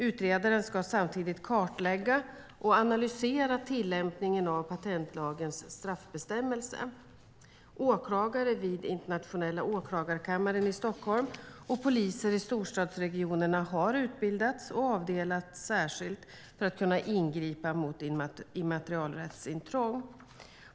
Utredaren ska samtidigt kartlägga och analysera tillämpningen av patentlagens straffbestämmelse. Åklagare vid Internationella åklagarkammaren i Stockholm och poliser i storstadsregionerna har utbildats och avdelats särskilt för att ingripa mot immaterialrättsintrång.